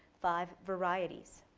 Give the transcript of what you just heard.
five varieties.